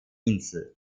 insel